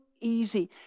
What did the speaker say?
easy